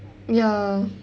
ya